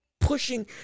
pushing